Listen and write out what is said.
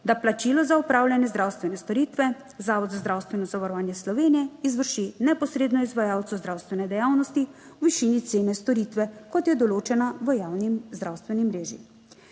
da plačilo za opravljanje zdravstvene storitve Zavod za zdravstveno zavarovanje Slovenije izvrši neposredno izvajalcu zdravstvene dejavnosti v višini cene storitve kot je določena v javni zdravstveni mreži.